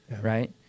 right